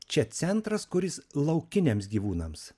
čia centras kuris laukiniams gyvūnams